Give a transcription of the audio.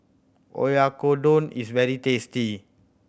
oyakodon is very tasty